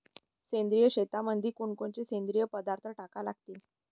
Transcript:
सेंद्रिय शेतीमंदी कोनकोनचे सेंद्रिय पदार्थ टाका लागतीन?